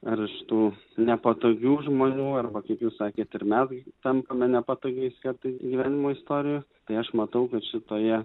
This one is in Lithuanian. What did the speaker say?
ar iš tų nepatogių žmonių arba kaip jūs sakėt ir mes tampame nepatogiais kartais gyvenimo istorijų tai aš matau kad šitoje